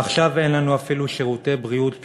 ועכשיו אין לנו אפילו שירותי בריאות בסיסיים,